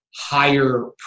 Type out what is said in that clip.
higher